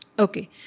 Okay